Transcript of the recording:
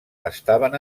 estaven